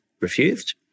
refused